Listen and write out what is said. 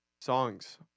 Songs